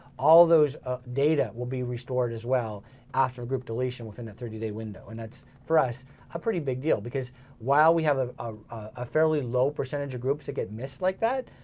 all those data will be restored as well after the group deletion within a thirty day window. and that's for us a pretty big deal because while we have ah ah a fairly low percentage of groups that get missed like that,